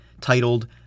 titled